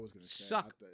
suck